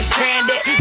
stranded